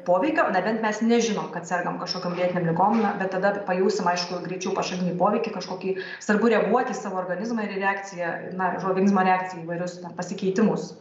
poveikio nebent mes nežinom kad sergam kažkokiom lėtinėm ligom na bet tada pajausim aišku greičiau pašalinį poveikį kažkokį svarbu reaguoti į savo organizmą ir į reakciją na organizmo reakciją į įvairius pasikeitimus